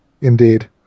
Indeed